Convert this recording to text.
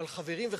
אבל, חברים וחברות,